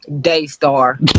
Daystar